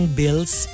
bills